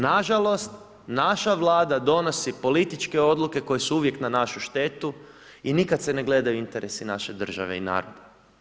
Nažalost, naša Vlada donosi političke odluke koje su uvijek na našu štetu i nikad se ne gledaju interesi naše države i naroda.